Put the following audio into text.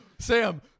Sam